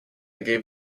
gave